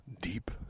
deep